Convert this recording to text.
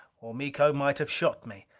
or miko might have shot me.